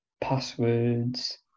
passwords